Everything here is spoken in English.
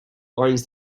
binds